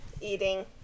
eating